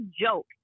joke